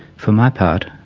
for my part,